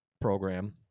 program